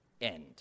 end